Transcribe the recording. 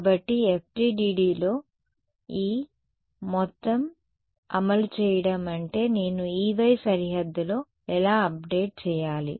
కాబట్టి FDTDలో ఈ మొత్తం అమలు చేయడం అంటే నేను Ey సరిహద్దులో ఎలా అప్డేట్ చేయాలి